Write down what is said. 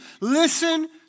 listen